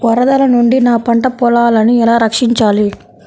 వరదల నుండి నా పంట పొలాలని ఎలా రక్షించాలి?